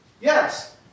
Yes